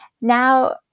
Now